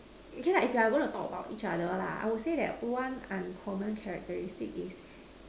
yeah it's like I want to talk about each other lah I will say that one uncommon characteristic is